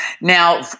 Now